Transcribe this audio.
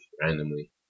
randomly